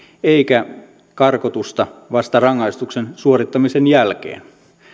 enkä karkotusta vasta rangaistuksen suorittamisen jälkeen